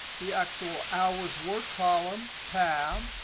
the actual hours work column, tab.